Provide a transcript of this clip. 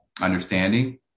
understanding